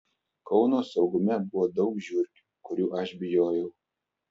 kauno saugume buvo daug žiurkių kurių aš bijojau